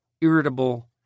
irritable